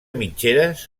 mitgeres